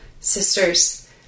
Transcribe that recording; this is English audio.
Sisters